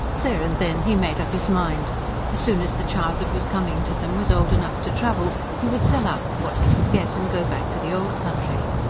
there and then he made up his mind as soon as the child that was coming to them was old enough to travel, he would sell out for what he could get, and go back to the old country.